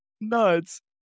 nuts